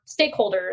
stakeholders